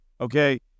Okay